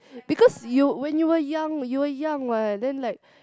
because you when you were young you were young what then like